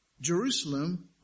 Jerusalem